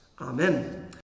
Amen